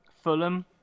Fulham